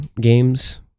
games